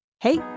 Hey